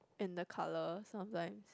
and the color sometime